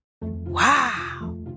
Wow